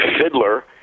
fiddler